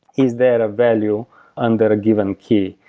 is there a value under a given key?